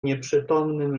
nieprzytomnym